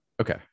Okay